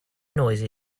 noisy